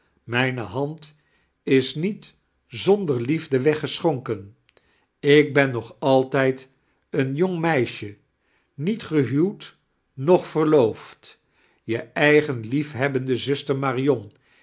mijne hand is niet bonder liefde weggesdhonken ik ben nog altijd een jong meisje niet gehuwd noch veoioofd je eigen liefhebbende zuster marion